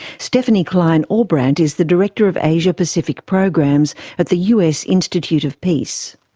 stephanie kleine-ahlbrandt is the director of asia-pacific programs at the us institute of peace.